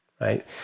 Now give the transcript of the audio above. right